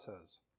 says